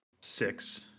Six